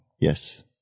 Yes